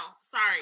sorry